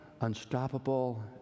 unstoppable